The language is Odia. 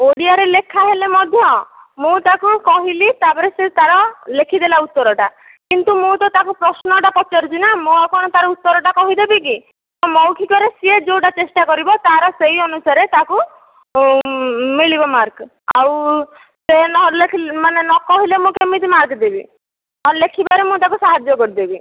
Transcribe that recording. ଓଡ଼ିଆରେ ଲେଖା ହେଲେ ମଧ୍ୟ ମୁଁ ତାକୁ କହିଲି ତାପରେ ସେ ତାର ଲେଖିଦେଲା ଉତ୍ତର ଟା କିନ୍ତୁ ମୁଁ ତ ତାକୁ ପ୍ରଶ୍ନ ଟା ପଚାରୁଛି ନା ମୁଁ ଆଉ କଣ ତା ଉତ୍ତର ଟା କହିଦେବି କି ମୌଖିକରେ ସିଏ ଯେଉଁଟା ଚେଷ୍ଟା କରିବ ତା ର ସେଇ ଅନୁସାରେ ତାକୁ ମିଳିବ ମାର୍କ ଆଉ ସେ ନ ଲେଖିଲେ ମାନେ ନ କହିଲେ ମୁଁ କେମିତି ମାର୍କ ଦେବି ଲେଖିବାରେ ମୁଁ ତାକୁ ସାହାଯ୍ୟ କରିଦେବି